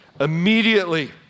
Immediately